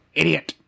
idiot